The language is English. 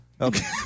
Okay